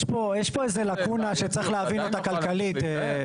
יש פה איזה לקונה שצריך להבין אותה כלכלית.